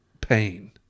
pain